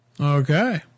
Okay